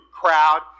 crowd